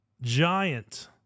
giant